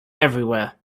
everywhere